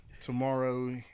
tomorrow